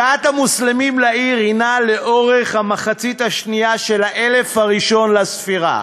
הגעת המוסלמים לעיר הייתה לאורך המחצית השנייה של האלף הראשון לספירה,